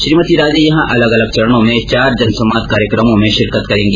श्रीमती राजे यहां अलग अलग चरणों में चार जनसंवाद कार्यक्रमों में शिरकत करेंगी